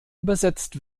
übersetzt